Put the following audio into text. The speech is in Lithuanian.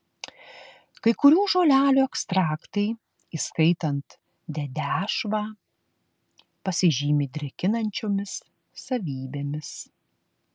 kai kurių žolelių ekstraktai įskaitant dedešvą pasižymi drėkinančiomis savybėmis